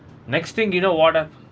next thing you know what ah